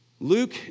Luke